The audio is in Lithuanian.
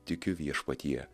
tikiu viešpatie